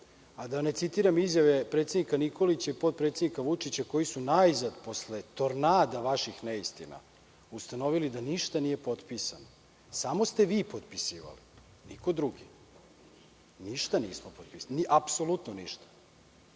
ne citiram izjave predsednika Nikolića i potpredsednika Vučića, koji su najzad, posle tornada vaših neistina, ustanovili da ništa nije potpisano. Samo ste vi potpisivali, niko drugi. Mi ništa nismo potpisali i to smo